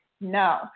no